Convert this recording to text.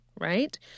right